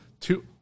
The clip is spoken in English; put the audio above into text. two